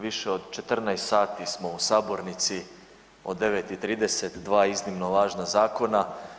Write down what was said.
Više od 14 sati smo u sabornici od 9,30, dva iznimno važna zakona.